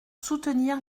soutenir